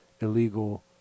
illegal